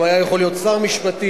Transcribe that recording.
גם היה יכול להיות שר משפטים,